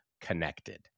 connected